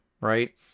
right